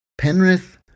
Penrith